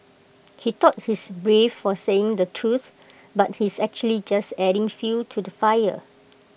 he thought he's brave for saying the truth but he's actually just adding fuel to the fire